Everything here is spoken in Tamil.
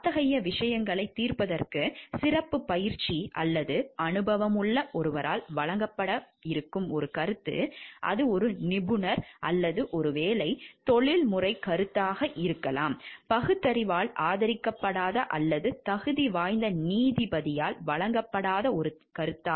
அத்தகைய விஷயங்களைத் தீர்ப்பதற்கு சிறப்புப் பயிற்சி அல்லது அனுபவமுள்ள ஒருவரால் வழங்கப்படும் ஒரு கருத்து அது ஒரு நிபுணர் அல்லது ஒருவேளை தொழில்முறை கருத்து பகுத்தறிவால் ஆதரிக்கப்படாத அல்லது தகுதிவாய்ந்த நீதிபதியால் வழங்கப்படாத ஒரு கருத்து